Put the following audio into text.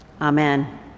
Amen